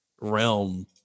realm